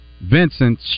Vincent